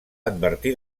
advertir